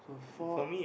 four